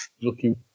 looking